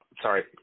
Sorry